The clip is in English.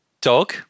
dog